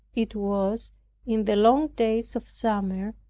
it was in the long days of summer,